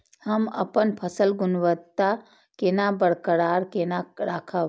हम अपन फसल गुणवत्ता केना बरकरार केना राखब?